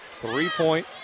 Three-point